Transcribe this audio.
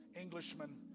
Englishman